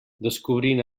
descobrint